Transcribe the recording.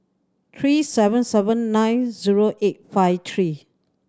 three seven seven nine zero eight five three